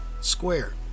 square